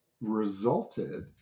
resulted